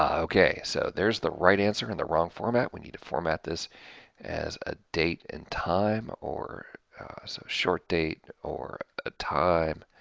ok, so there's the right answer in the wrong format, we need to format this as a date and time, or so short date, or a time.